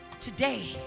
today